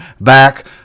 back